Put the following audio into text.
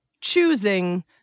choosing